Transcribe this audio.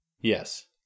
Yes